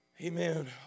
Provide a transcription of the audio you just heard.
Amen